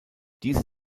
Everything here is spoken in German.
diese